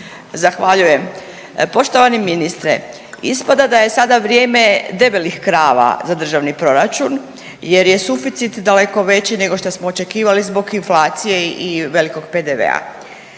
Zahvaljujem. Poštovani ministre, ispada da je sada vrijeme debelih krava za državni proračun jer je suficit daleko veći nego što smo očekivali zbog inflacije i velikog PDV-a,